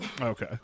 Okay